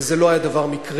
וזה לא היה דבר מקרי.